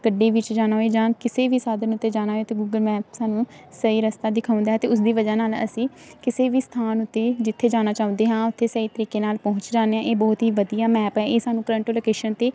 ਗੱਡੀ ਵਿੱਚ ਜਾਣਾ ਹੋਵੇ ਜਾਂ ਕਿਸੇ ਵੀ ਸਾਧਨ ਉੱਤੇ ਜਾਣਾ ਹੋਵੇ ਤਾਂ ਗੂਗਲ ਮੈਪ ਸਾਨੂੰ ਸਹੀ ਰਸਤਾ ਦਿਖਾਉਂਦਾ ਅਤੇ ਉਸ ਦੀ ਵਜ੍ਹਾ ਨਾਲ ਅਸੀਂ ਕਿਸੇ ਵੀ ਸਥਾਨ ਉੱਤੇ ਜਿੱਥੇ ਜਾਣਾ ਚਾਹੁੰਦੇ ਹਾਂ ਉੱਥੇ ਸਹੀ ਤਰੀਕੇ ਨਾਲ ਪਹੁੰਚ ਜਾਂਦੇ ਹਾਂ ਇਹ ਬਹੁਤ ਹੀ ਵਧੀਆ ਮੈਪ ਹੈ ਇਹ ਸਾਨੂੰ ਕਰੰਟ ਲੋਕੇਸ਼ਨ 'ਤੇ